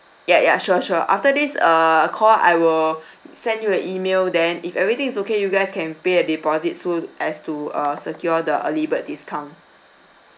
ya ya sure sure after this err call I will send you a email then if everything is okay you guys can pay a deposit so as to uh secure the early bird discount